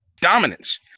dominance